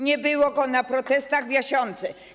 Nie było go na protestach w Jasionce.